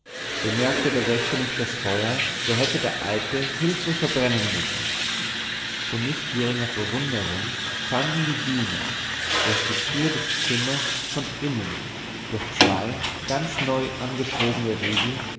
bemerkte der wächter nicht das feuer so hätte der alte hülflos verbrennen müssen zu nicht geringer verwunderung fanden die diener daß die tür des zimmers von innen durch zwei ganz neu angeschrobene riegel